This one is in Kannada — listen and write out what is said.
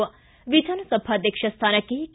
ಿ ವಿಧಾನಸಭಾಧ್ಯಕ್ಷ ಸ್ಥಾನಕ್ಕೆ ಕೆ